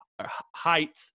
height